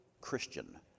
Christian